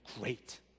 great